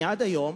אני עד היום